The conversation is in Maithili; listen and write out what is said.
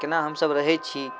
कोना हमसभ रहै छी